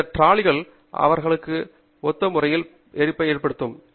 அந்த டிராலிகள் அவர்களுக்கு ஒத்த முறையை ஏற்படுத்தும்